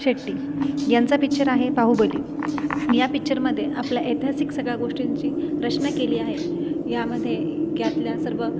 शेट्टी यांचा पिक्चर आहे बाहुबली या पिक्चरमध्ये आपल्या ऐतिहासिक सगळ्या गोष्टींची रचना केली आहे यामध्ये ग्यातल्या सर्व